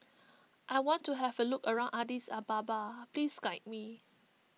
I want to have a look around Addis Ababa please guide me